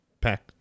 pack